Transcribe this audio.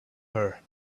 her